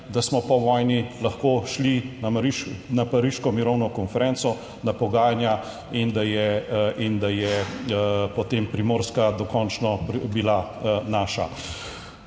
da smo po vojni lahko šli na pariško mirovno konferenco, na pogajanja, in da je potem Primorska dokončno bila naša.